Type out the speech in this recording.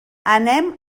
anem